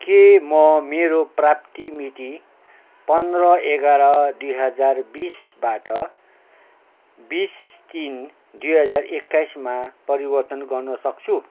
के म मेरो प्राप्ति मिति पन्ध्र एघार दुई हजार बिसबाट बिस तिन दुई हजार एक्काइसमा परिवर्तन गर्न सक्छु